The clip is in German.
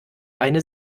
eine